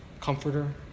comforter